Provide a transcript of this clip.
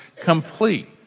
complete